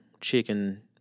chicken